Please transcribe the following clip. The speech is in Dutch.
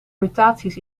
mutaties